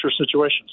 situations